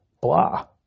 blah